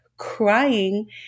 crying